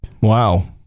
Wow